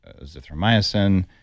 zithromycin